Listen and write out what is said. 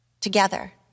together